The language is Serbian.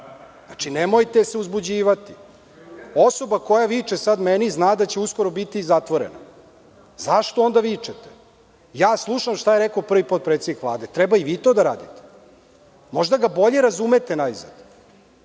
Znači, nemojte se uzbuđivati. Osoba koja viče sad meni zna da će uskoro biti zatvorena. Zašto onda vičete? Ja slušam šta je rekao prvi potpredsednik Vlade, treba i vi to radite. Možda ga bolje razumete, najzad. Dakle,